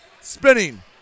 spinning